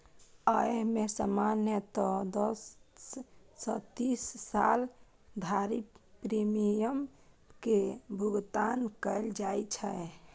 अय मे सामान्यतः दस सं तीस साल धरि प्रीमियम के भुगतान कैल जाइ छै